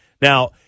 Now